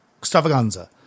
extravaganza